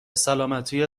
سلامتی